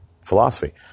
philosophy